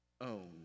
own